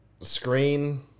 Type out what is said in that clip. screen